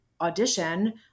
audition